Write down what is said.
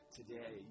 today